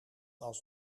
als